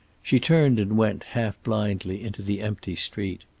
she turned and went, half blindly, into the empty street.